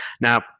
now